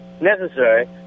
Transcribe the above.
necessary